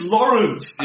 Lawrence